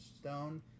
stone